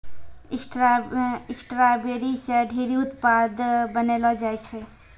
strawberry से ढेरी उत्पाद बनैलो जाय छै